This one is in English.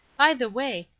by the way,